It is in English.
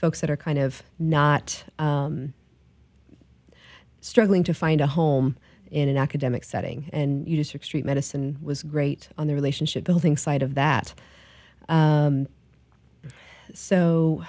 folks that are kind of not struggling to find a home in an academic setting and you just heard street medicine was great on the relationship building side of that